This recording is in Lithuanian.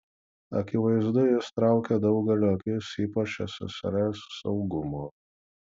akivaizdu jis traukė daugelio akis ypač ssrs saugumo